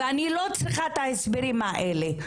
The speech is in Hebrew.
ואני לא צריכה את ההסברים האלה.